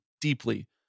deeply